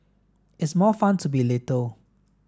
it's more fun to be little